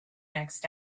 next